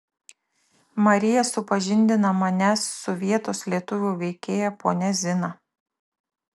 marija supažindina mane su vietos lietuvių veikėja ponia zina